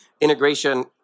integration